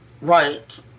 right